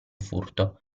furto